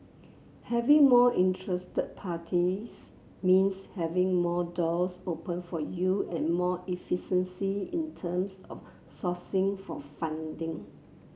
having more interested parties means having more doors open for you and more efficiency in terms of sourcing for funding